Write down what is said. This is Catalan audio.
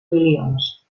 milions